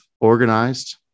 organized